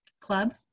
club